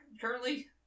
currently